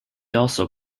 also